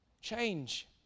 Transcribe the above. change